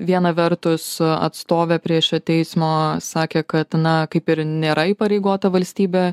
viena vertus atstovė prieš teismo sakė kad na kaip ir nėra įpareigota valstybė